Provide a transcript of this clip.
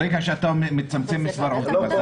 ברגע שאתה מצמצם את מספר העובדים,